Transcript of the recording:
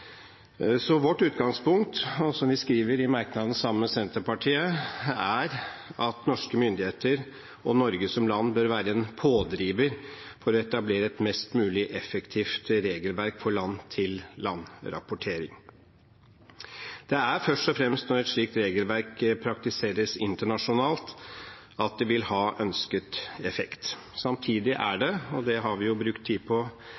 så vårt utgangspunkt er, som vi skriver i merknadene sammen med Senterpartiet, at norske myndigheter og Norge som land bør være en pådriver for å etablere et mest mulig effektivt regelverk for land-for-land-rapportering. Det er først og fremst når et slikt regelverk praktiseres internasjonalt, at det vil ha ønsket effekt. Samtidig er det – og det har vi jo brukt tid på